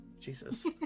Jesus